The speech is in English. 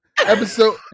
Episode